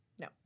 No